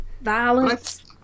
violence